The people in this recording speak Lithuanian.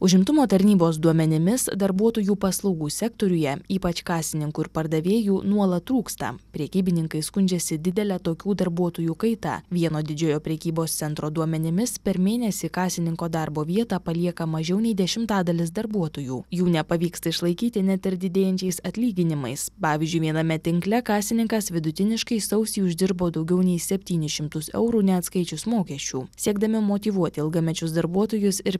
užimtumo tarnybos duomenimis darbuotojų paslaugų sektoriuje ypač kasininkų ir pardavėjų nuolat trūksta prekybininkai skundžiasi didele tokių darbuotojų kaita vieno didžiojo prekybos centro duomenimis per mėnesį kasininko darbo vietą palieka mažiau nei dešimtadalis darbuotojų jų nepavyksta išlaikyti net ir didėjančiais atlyginimais pavyzdžiui viename tinkle kasininkas vidutiniškai sausį uždirbo daugiau nei septynis šimtus eurų neatskaičius mokesčių siekdami motyvuoti ilgamečius darbuotojus ir